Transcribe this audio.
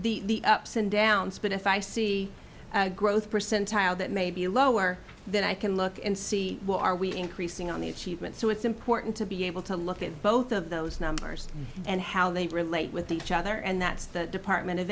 of the ups and downs but if i see a growth percentile that may be lower than i can look and see what are we increasing on the achievement so it's important to be able to look at both of those numbers and how they relate with each other and that's the department